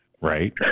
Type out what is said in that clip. Right